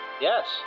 Yes